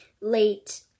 late